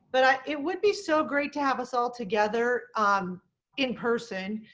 but ah it would be so great to have us all together um in person.